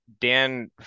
Dan